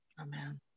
amen